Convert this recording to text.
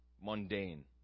mundane